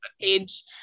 page